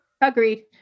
Agreed